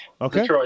Okay